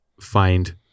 find